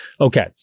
Okay